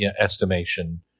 estimation